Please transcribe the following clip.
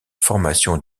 formation